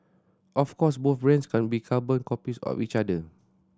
of course both brands can't be carbon copies of each other